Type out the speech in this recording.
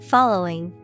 Following